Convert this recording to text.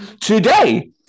Today